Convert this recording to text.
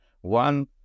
one